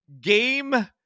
game